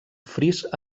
fris